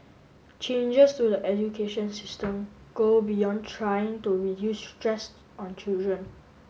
changes to the education system go beyond trying to reduce stress on children